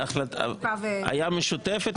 משותפת.